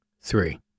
three